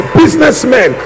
businessmen